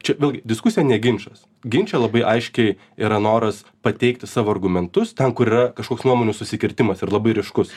čia vėlgi diskusija ne ginčas ginče labai aiškiai yra noras pateikti savo argumentus ten kur yra kažkoks nuomonių susikirtimas ir labai ryškus